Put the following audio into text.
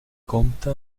compta